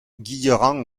guilherand